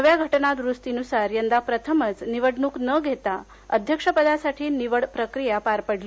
नव्या घटनादुरुस्तीनुसार यंदा प्रथमच निवडणूक न घेता अध्यक्षपदासाठी निवड प्रक्रिया पार पडली